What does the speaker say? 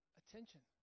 attention